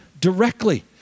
directly